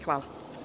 Hvala.